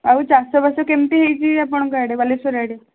ଆଉ ଚାଷବାସ କେମିତି ହେଇଛି ଆପଣଙ୍କ ଆଡ଼େ ବାଲେଶ୍ୱର ଆଡ଼େ